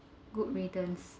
good riddance